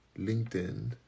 linkedin